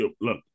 look